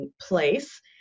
place